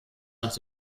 nach